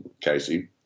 casey